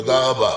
תודה רבה.